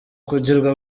kugirwa